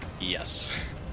Yes